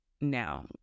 now